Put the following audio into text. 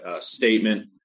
statement